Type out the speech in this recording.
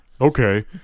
okay